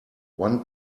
one